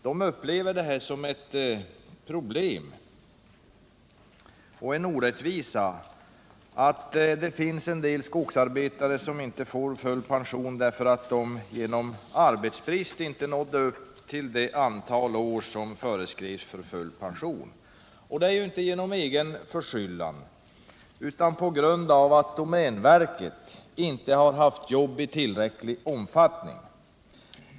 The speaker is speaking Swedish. Det upplevs som ett problem och en orättvisa att en del — melser för rätt till skogsarbetare inte får full pension, därför att de till följd av arbetsbrist — pension inom inte nått upp till det antal år som föreskrivs för full pension. Det är - domänverket alltså inte av egen förskyllan utan på grund av att domänverket inte har haft arbete i tillräcklig omfattning.